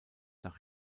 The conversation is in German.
nach